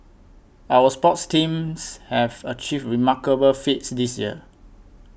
our sports teams have achieved remarkable feats this year